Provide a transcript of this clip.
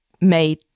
made